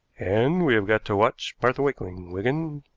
and we have got to watch martha wakeling, wigan.